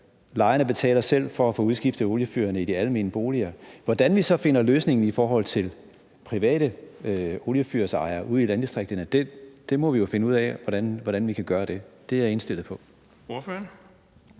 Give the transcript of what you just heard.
Lejerne betaler selv for at få udskiftet oliefyrene i de almene boliger. Med hensyn til hvordan vi så finder løsningen i forhold til private oliefyrsejere ude i landdistrikterne, må vi jo finde ud af, hvordan vi kan gøre det. Det er jeg indstillet på.